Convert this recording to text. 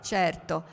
certo